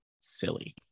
silly